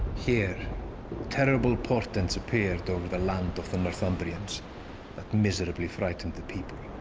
here terrible portents appeared over the land of the northumbrians that miserably frightened the people,